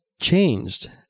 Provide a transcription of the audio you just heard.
changed